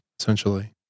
Essentially